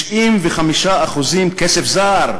95% כסף זר.